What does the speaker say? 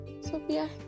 Sophia